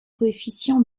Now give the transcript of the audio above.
coefficients